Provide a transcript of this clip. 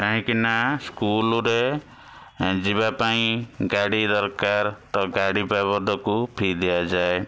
କାହିଁକିନା ସ୍କୁଲ୍ ରେ ଏଁ ଯିବାପାଇଁ ଗାଡ଼ି ଦରକାର ତ ଗାଡ଼ି ବାବଦକୁ ଫି ଦିଆଯାଏ